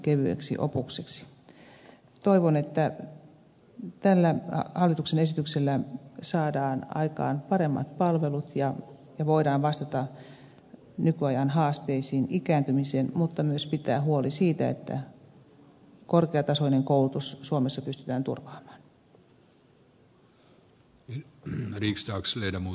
toivon että tällä hallituksen esityksellä saadaan aikaan paremmat palvelut ja voidaan vastata nykyajan haasteisiin ikääntymiseen mutta myös pitää huoli siitä että korkeatasoinen koulutus suomessa pystytään turvaamaan